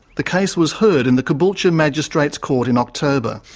the case was heard in the caboolture magistrates court in october.